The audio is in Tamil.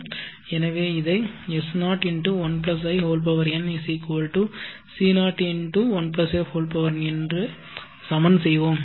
எனவே இதை S01i n C01f n என்று சமன் செய்வோம்